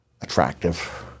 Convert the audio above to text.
attractive